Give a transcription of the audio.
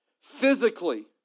Physically